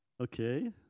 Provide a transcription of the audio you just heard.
okay